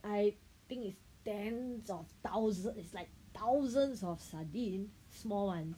I think is tens of thousands is like thousands of sardine small ones